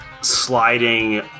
sliding